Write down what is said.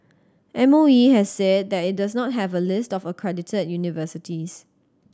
M O E has said that it does not have a list of accredited universities